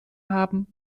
haben